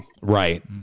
Right